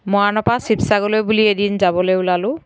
মৰাণৰ পৰ শিৱসাগৰলৈ বুলি এদিন যাবলৈ ওলালোঁ